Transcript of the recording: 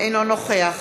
אינו נוכח